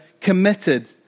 committed